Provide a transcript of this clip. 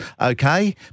okay